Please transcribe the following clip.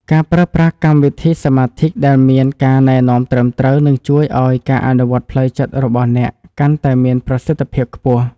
ការប្រើប្រាស់កម្មវិធីសមាធិដែលមានការណែនាំត្រឹមត្រូវនឹងជួយឱ្យការអនុវត្តផ្លូវចិត្តរបស់អ្នកកាន់តែមានប្រសិទ្ធភាពខ្ពស់។